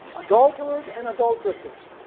adulterers and adulteresses,